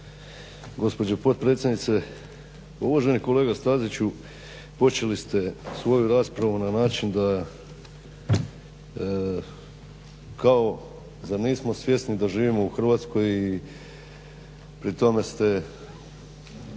gospođo potpredsjednice. Uvaženi kolega Staziću počeli ste svoju raspravu na način da kao zar nismo svjesni da živimo u Hrvatskoj i pri tome ste